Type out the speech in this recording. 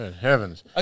Heavens